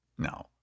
No